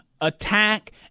attack